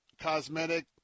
cosmetic